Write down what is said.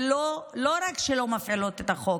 ולא רק שלא מפעילות את החוק,